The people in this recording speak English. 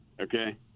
Okay